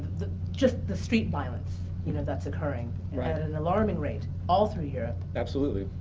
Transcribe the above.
just the street violence you know that's occurring at an alarming rate all through europe. absolutely.